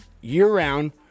year-round